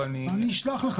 אני אשלח לך.